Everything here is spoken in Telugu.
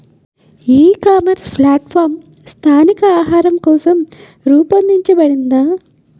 ఈ ఇకామర్స్ ప్లాట్ఫారమ్ స్థానిక ఆహారం కోసం రూపొందించబడిందా?